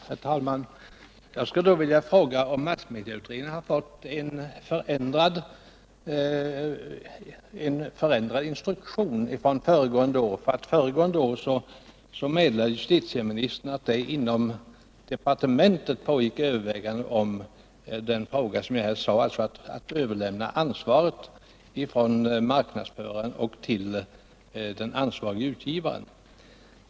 Herr talman! Jag skulle då vilja fråga om massmedieutredningen har fått en förändrad instruktion sedan föregående år. Föregående år meddelade nämligen justitieministern att det inom departementet pågick överväganden om att överlämna ansvaret från marknadsföraren till den ansvarige utgivaren.